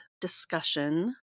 discussion